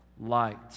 light